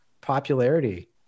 popularity